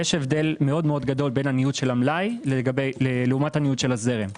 יש הבדל מאוד גדול בין הניוד של המלאי לניוד של הזרם.